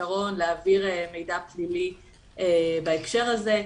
פתרון להעביר מידע פלילי בהקשר הזה.